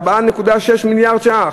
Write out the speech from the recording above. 4.6 מיליארד שקלים.